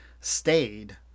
stayed